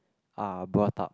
are brought up